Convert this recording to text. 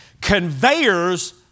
Conveyors